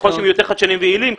ככל שהם יותר חדשנים ויעילים,